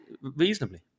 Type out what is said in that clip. reasonably